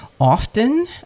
often